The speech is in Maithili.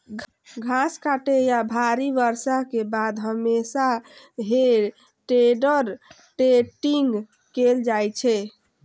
घास काटै या भारी बर्षा के बाद हमेशा हे टेडर टेडिंग कैल जाइ छै